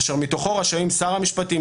אשר מתוכו רשאים שר המשפטים,